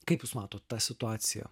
kaip jūs matot tą situaciją